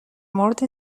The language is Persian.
مورد